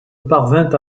parvint